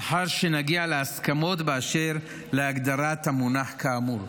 לאחר שנגיע להסכמות באשר להגדרת המונח כאמור.